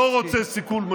אתה נחלשת.